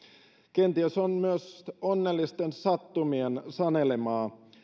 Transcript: kenties on myös onnellisten sattumien sanelemaa